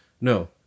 No